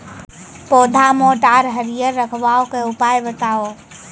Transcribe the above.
पौधा मोट आर हरियर रखबाक उपाय बताऊ?